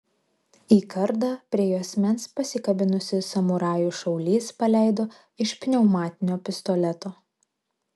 į kardą prie juosmens pasikabinusį samurajų šaulys paleido iš pneumatinio pistoleto